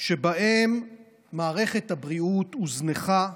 שבהם מערכת הבריאות הוזנחה,